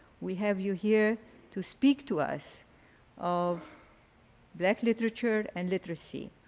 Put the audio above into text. we have you here to speak to us of black literature and literacy.